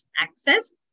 access